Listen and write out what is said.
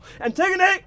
Antigone